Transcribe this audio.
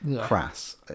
crass